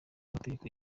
amategeko